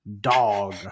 dog